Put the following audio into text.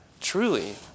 Truly